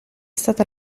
stata